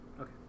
Okay